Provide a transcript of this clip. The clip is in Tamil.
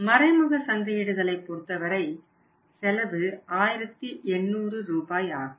மறைமுக சந்தையிடுதலை பொறுத்தவரை செலவு 1800 ரூபாய் ஆகும்